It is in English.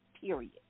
period